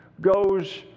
goes